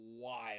wild